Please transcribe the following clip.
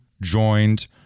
joined